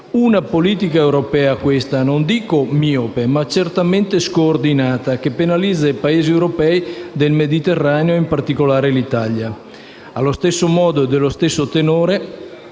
una politica europea non dico miope, ma certamente scoordinata, che penalizza i Paesi europei del Mediterraneo e, in particolare, l'Italia. Dello stesso tenore sono le norme